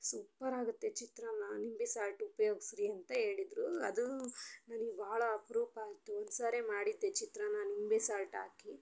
super ಆಗುತ್ತೆ ಚಿತ್ರಾನ್ನ ನಿಂಬೆ ಸಾಲ್ಟ್ ಉಪ್ಯೋಗಿಸಿರಿ ಅಂತ ಹೇಳಿದ್ರು ಅದು ನನಗ್ ಭಾಳ ಅಪರೂಪ ಆಯಿತು ಒಂದು ಸರಿ ಮಾಡಿದ್ದೆ ಚಿತ್ರಾನ್ನ ನಿಂಬೆ ಸಾಲ್ಟ್ ಹಾಕಿ